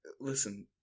listen